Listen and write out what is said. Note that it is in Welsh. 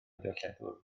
darlledwr